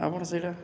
ଆପଣ ସେଇଟା